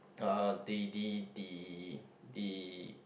uh the the the the